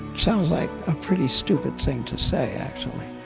sounds like a pretty stupid thing to say actually.